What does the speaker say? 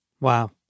Wow